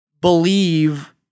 believe